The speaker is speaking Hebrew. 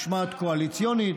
משמעת קואליציונית,